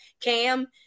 Cam